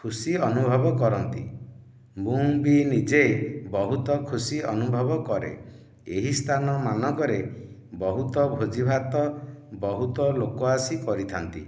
ଖୁସି ଅନୁଭବ କରନ୍ତି ମୁଁ ବି ନିଜେ ବହୁତ ଖୁସି ଅନୁଭବ କରେ ଏହି ସ୍ଥାନମାନଙ୍କରେ ବହୁତ ଭୋଜିଭାତ ବହୁତ ଲୋକ ଆସି କରିଥାନ୍ତି